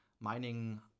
mining